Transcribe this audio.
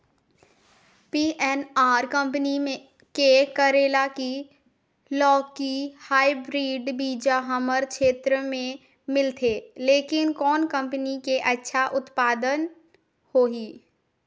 VNR company के करेला की लौकी हाईब्रिड बीजा हमर क्षेत्र मे मिलथे, लेकिन कौन कंपनी के अच्छा उत्पादन होही?